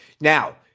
Now